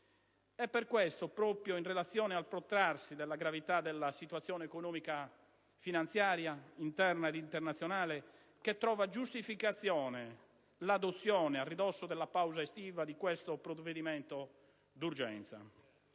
E per questo, proprio in relazione al protrarsi della gravità della situazione economica-finanziaria interna ed internazionale trova giustificazione l'adozione, a ridosso della pausa estiva, di questo provvedimento d'urgenza,